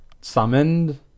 summoned